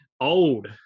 Old